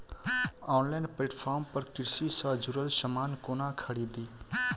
Online platform पर कृषि सँ जुड़ल समान कोना खरीदी?